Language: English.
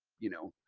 you know,